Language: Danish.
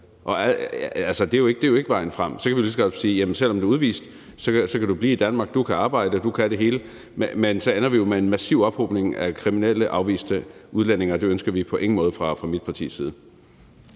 lige så godt sige: Selv om du er udvist, kan du blive i Danmark, og du kan arbejde og kan det hele. Men så ender vi jo med en massiv ophobning af kriminelle, afviste udlændinge, og det ønsker vi på ingen måde fra mit partis side.